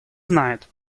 знает